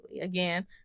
again